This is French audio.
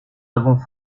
avons